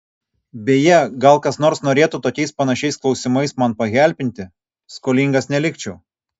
beje gal kas nors norėtų tokiais panašiais klausimais man pahelpinti skolingas nelikčiau